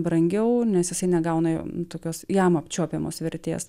brangiau nes jisai negauna tokios jam apčiuopiamos vertės